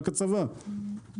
רק הצבא,